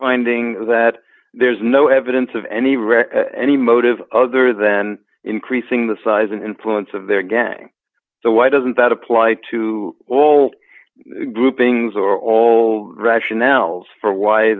finding that there's no evidence of any record any motive other than increasing the size and influence of their gang so why doesn't that apply to all groupings or all rationales for why